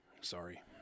Sorry